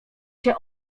się